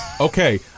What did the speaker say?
Okay